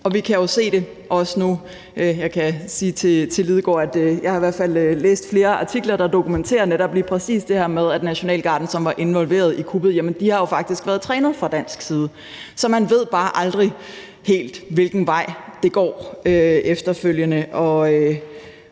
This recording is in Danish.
Og vi kan jo også se det nu. Jeg kan sige til Martin Lidegaard, at jeg i hvert fald har læst flere artikler, der dokumenterer lige præcis det her med, at Nationalgarden, som var involveret i Cuba, faktisk har været trænet fra dansk side. Så man ved bare aldrig helt, hvilken vej det går efterfølgende, og